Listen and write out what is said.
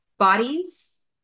Bodies